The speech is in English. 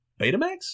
Betamax